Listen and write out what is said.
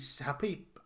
Happy